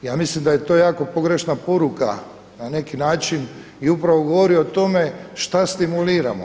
Ja mislim da je to jako pogrešna poruka na neki način i upravo govori o tome što stimuliramo.